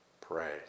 pray